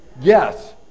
Yes